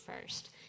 first